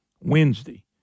Wednesday